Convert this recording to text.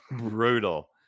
brutal